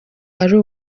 ari